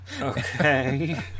Okay